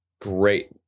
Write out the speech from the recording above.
Great